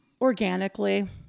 organically